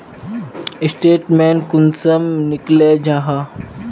Statement कुंसम निकले जाहा?